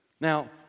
Now